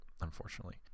unfortunately